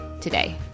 today